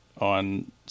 on